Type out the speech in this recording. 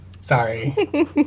Sorry